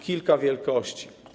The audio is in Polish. Kilka wielkości.